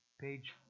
page